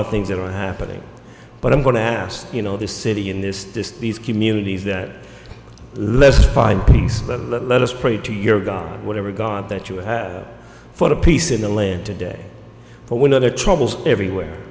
of things that are happening but i'm going to ask you know this city in this just these communities that let's find peace but let us pray to your god whatever god that you have for peace in the land today but when other troubles everywhere